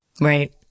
Right